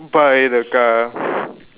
buy the car